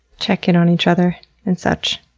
checking on each other and such.